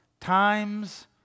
times